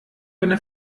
eine